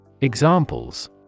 Examples